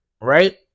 right